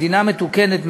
ומדינה מתוקנת,